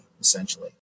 essentially